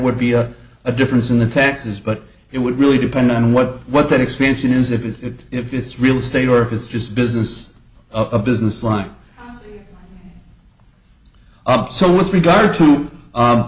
would be a difference in the taxes but it would really depend on what what that expansion is if it's if it's real estate or if it's just business of a business line obs so with regard to